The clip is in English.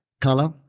color